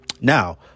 Now